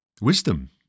wisdom